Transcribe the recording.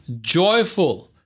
joyful